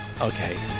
Okay